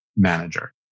Manager